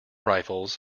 rifles